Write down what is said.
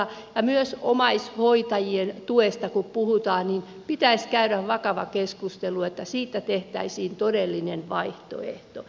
ja myös omaishoitajien tuesta kun puhutaan niin pitäisi käydä vakava keskustelu että siitä tehtäisiin todellinen vaihtoehto